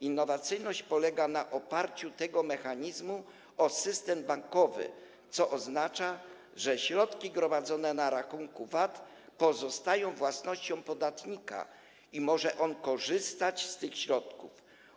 Innowacyjność polega na oparciu tego mechanizmu o system bankowy, co oznacza, że środki gromadzone na rachunku VAT pozostają własnością podatnika i może on korzystać z tych środków.